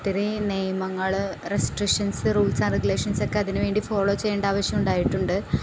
ഒത്തിരീ നിയമങ്ങൾ restrictions rules and റെഗുലേഷൻസൊക്കെ അതിനുവേണ്ടി ഫോളോ ചെയ്യേണ്ട ആവശ്യമുണ്ടായിട്ടുണ്ട്